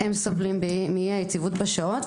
הם סובלים מאי-היציבות בשעות,